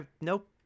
Nope